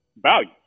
value